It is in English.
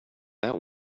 that